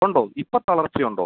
ഉണ്ടോ ഇപ്പോൾ തളർച്ച ഉണ്ടോ